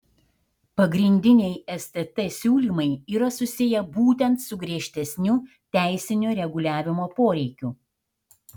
pagrindiniai stt siūlymai yra susiję būtent su griežtesniu teisinio reguliavimo poreikiu